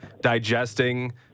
digesting